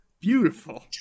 beautiful